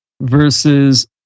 versus